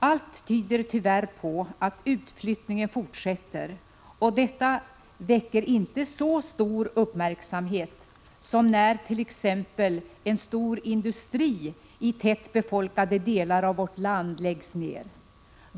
Allt tyder tyvärr på att utflyttningen fortsätter, och detta väcker inte så stor uppmärksamhet som när t.ex. en stor industri i en tätbefolkad del av vårt land läggs ner.